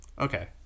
Okay